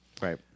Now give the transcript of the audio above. Right